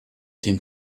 dem